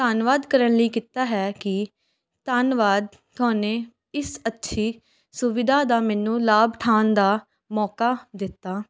ਧੰਨਵਾਦ ਕਰਨ ਲਈ ਕੀਤਾ ਹੈ ਕਿ ਧੰਨਵਾਦ ਤੁਹਾਨੇ ਇਸ ਅੱਛੀ ਸੁਵਿਧਾ ਦਾ ਮੈਨੂੰ ਲਾਭ ਉਠਾਉਣ ਦਾ ਮੌਕਾ ਦਿੱਤਾ